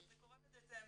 בדצמבר.